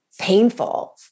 painful